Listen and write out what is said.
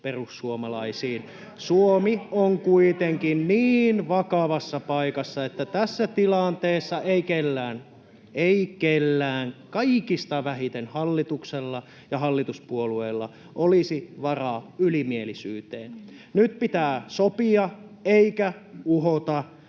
perussuomalaisiin. Suomi on kuitenkin niin vakavassa paikassa, [Mauri Peltokangas: Mikä ratkaisu?] että tässä tilanteessa ei kellään — ei kellään — kaikista vähiten hallituksella ja hallituspuolueilla, olisi varaa ylimielisyyteen. Nyt pitää sopia eikä uhota.